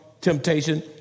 temptation